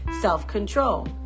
self-control